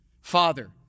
Father